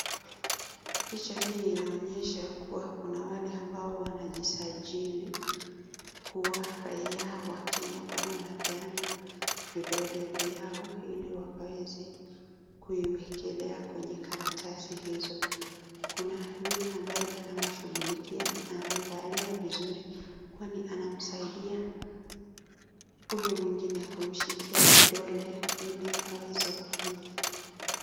Picha hii inaonyesha kuwa kuna wale ambao wanajisajili kuwa raia wa Kenya kwani wanapeana vidole vyao ili wakaweze kuiwekelea kwenye karatasi hizo , kuna yule ambaye anawashughulikia na amevalia vizuri kwani anamsaidia huyo mwingine kumshikia kidole ili aweze kufinya.